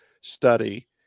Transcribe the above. study